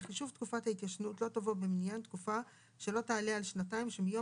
בחישוב תקופת ההתיישנות לא תבוא במניין תקופה שלא תעלה על שנתיים שמיום